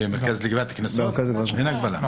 במרכז לגביית קנסות אין הגבלה.